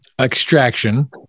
extraction